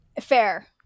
Fair